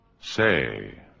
Say